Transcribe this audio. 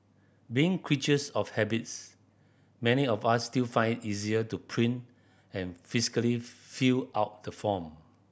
being creatures of habits many of us still find it easier to print and physically fill out the form